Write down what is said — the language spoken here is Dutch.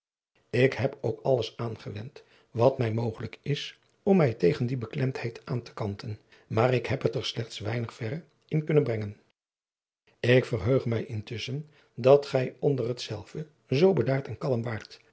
ik heb ook alles aangewend wat mij mogelijk is om mij tegen die beklemdheid aan te kanten maar ik heb het er slechts weinig verre in kunnen brengen ik verheug mij intusschen dat gij onder hetzelve zoo bedaard en kalm waart